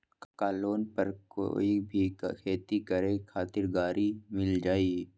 का लोन पर कोई भी खेती करें खातिर गरी मिल जाइ?